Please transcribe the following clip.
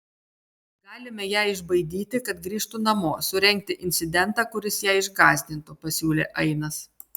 galime ją išbaidyti kad grįžtų namo surengti incidentą kuris ją išgąsdintų pasiūlė ainas